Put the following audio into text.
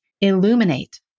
illuminate